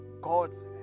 God's